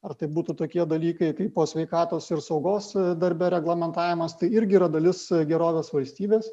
ar tai būtų tokie dalykai kaip po sveikatos ir saugos darbe reglamentavimas tai irgi yra dalis gerovės valstybės